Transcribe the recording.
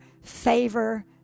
favor